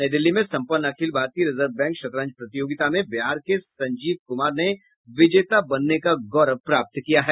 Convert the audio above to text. नई दिल्ली में संपन्न अखिल भारतीय रिजर्व बैंक शतरंज प्रतियोगिता में बिहार के संजीव कुमार ने विजेता बनने का गौरव प्राप्त किया है